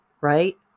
right